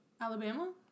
Alabama